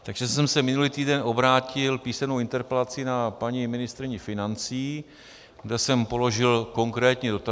Takže jsem se minulý týden obrátil písemnou interpelací na paní ministryni financí, které jsem položil konkrétní dotazy.